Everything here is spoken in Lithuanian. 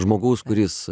žmogaus kuris